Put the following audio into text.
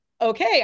okay